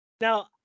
Now